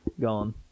gone